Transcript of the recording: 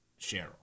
Cheryl